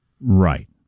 Right